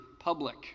public